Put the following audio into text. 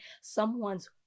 someone's